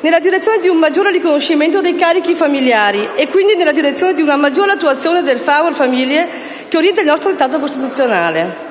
nella direzione di un maggiore riconoscimento dei carichi familiari e quindi nella direzione di una maggiore attuazione del *favor familiae* che orienta il nostro dettato costituzionale.